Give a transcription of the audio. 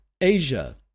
Asia